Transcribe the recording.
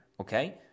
okay